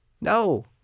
No